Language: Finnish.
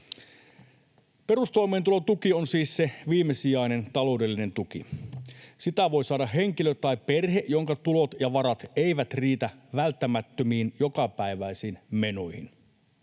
Perustoimeentulotuki on siis se viimesijainen taloudellinen tuki. Sitä voi saada henkilö tai perhe, jonka tulot ja varat eivät riitä välttämättömiin jokapäiväisiin menoihin.